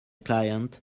client